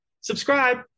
subscribe